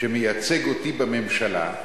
שמייצג אותי בממשלה,